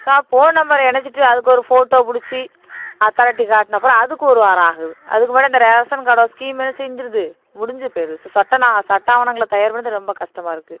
சரி phone number இணைச்சுட்டு அதுக்கு ஒரு ஃபோட்டோ புடிச்சு அத்தாரிட்டி காட்டினப்புறம் அதுக்கு ஒரு வாரம் ஆகுது அதுக்கு மேல இந்த ரேஷன் கடை ஸ்கீமுன்னு செஞ்சிடுது முடிஞ்சுப் போயிருது சட்டனால் சட்ட ஆவணங்களை தயார் பண்ணுறது ரொம்ப கஷ்டமா இருக்குது